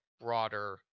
broader